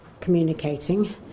communicating